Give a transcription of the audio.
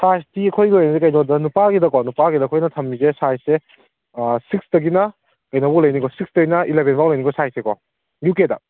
ꯁꯥꯏꯖꯇꯤ ꯑꯩꯈꯣꯏꯒꯤ ꯑꯣꯏꯅ ꯀꯩꯅꯣꯗ ꯅꯨꯄꯥꯒꯤꯗꯀꯣ ꯅꯨꯄꯥꯒꯤꯗ ꯑꯩꯈꯣꯏꯅ ꯊꯝꯃꯤꯁꯦ ꯁꯥꯏꯖꯁꯦ ꯁꯤꯛꯁꯇꯒꯤꯅ ꯀꯩꯅꯣꯕꯣꯛ ꯂꯩꯅꯤꯀꯣ ꯁꯤꯛꯁꯇꯒꯤꯅ ꯑꯦꯂꯕꯦꯟꯕꯣꯛ ꯂꯩꯅꯤꯀꯣ ꯁꯥꯏꯖꯁꯦꯀꯣ ꯌꯨ ꯀꯦꯗ